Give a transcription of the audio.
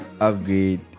Upgrade